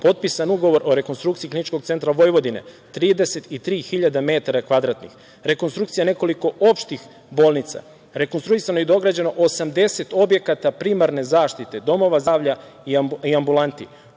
potpisan ugovor o rekonstrukciji KC Vojvodine, 33 hiljade metara kvadratnih. Rekonstrukcija nekoliko opštih bolnica, rekonstruisano je i dograđeno 80 objekata primarne zaštite, domova zdravlja i ambulanti.